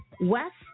West